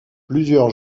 plusieurs